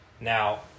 Now